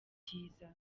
kiza